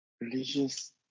Religious